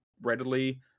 readily